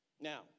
Now